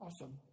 awesome